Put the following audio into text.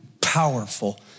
powerful